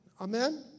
Amen